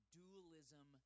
dualism